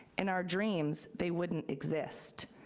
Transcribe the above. in our dreams, they wouldn't exist.